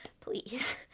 Please